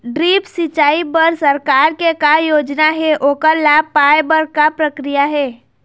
Drip सिचाई बर सरकार के का योजना हे ओकर लाभ पाय बर का प्रक्रिया हे?